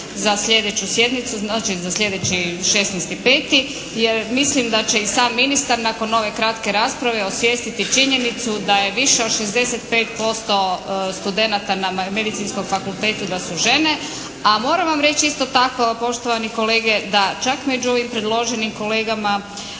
za sljedeću sjednicu, znači za sljedeći 16.5. Jer mislim da će i sam ministar nakon ove kratke rasprave osvijestiti činjenicu da je više od 65% studenata na Medicinskom fakultetu da su žene. A moram vam reći isto tako poštovani kolege da čak među ovim predloženim kolegama